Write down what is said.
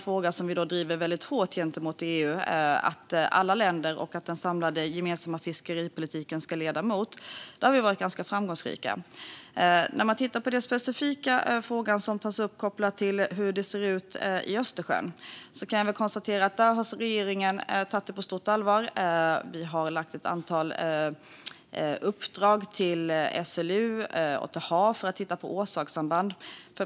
Vi driver frågan hårt gentemot EU och alla länder om att den samlade gemensamma fiskeripolitiken ska utgå från det, och vi har varit ganska framgångsrika. Den specifika fråga som tas upp angående hur det ser ut i Östersjön har regeringen tagit på stort allvar. Vi har gett ett antal uppdrag till SLU och HaV som ska titta på orsakssamband.